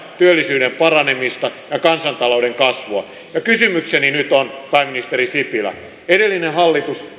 työllisyyden paranemista ja kansantalouden kasvua kysymykseni nyt on pääministeri sipilä edellinen hallitus